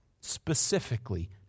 specifically